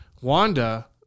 Wanda